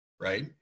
Right